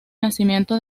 nacimiento